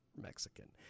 Mexican